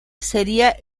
sería